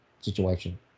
situation